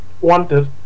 wanted